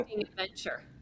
adventure